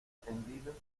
extendidos